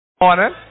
morning